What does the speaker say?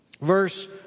verse